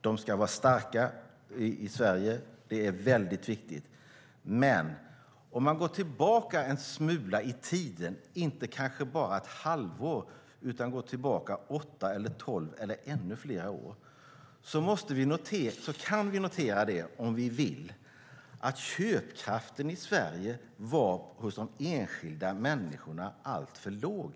De ska vara starka i Sverige - det är viktigt. Men om vi går tillbaka en smula i tiden, kanske inte bara ett halvår utan åtta, tolv eller ännu fler år, kan vi notera, om vi vill, att köpkraften i Sverige hos de enskilda människorna var alltför låg.